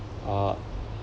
uh